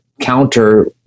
counter